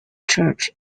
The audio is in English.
church